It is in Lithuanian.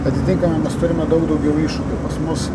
atitinkamai mes turime daug daugiau iššūkių pas mus